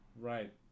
right